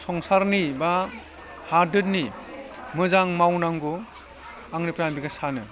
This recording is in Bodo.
संसारनि बा हादोदनि मोजां मावनांगौ आंनिफ्राय आं बेखौ सानो